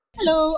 Hello